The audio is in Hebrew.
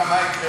מה יקרה?